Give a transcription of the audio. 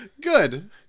Good